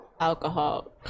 alcohol